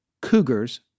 cougars